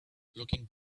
looking